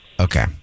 Okay